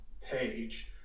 page